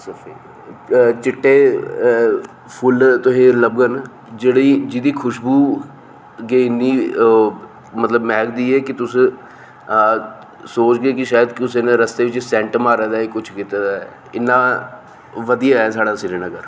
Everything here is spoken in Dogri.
सफेद चिट्टे फुल्ल तुसेंगी लभङन जेह्ड़ी जेह्दी खुश्बो गै इन्नी मतलब मैह्कदी ऐ कि तुस सोचगे गी शायद कुसै ने रस्ते च सेंट मारे दा ऐ किश कीते दा ऐ इन्ना बधिया ऐ साढ़ा श्रीनगर